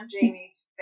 Jamie's